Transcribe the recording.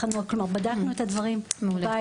כלומר בדקנו את הדברים בבית,